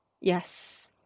Yes